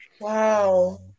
Wow